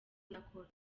ndakora